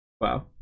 wow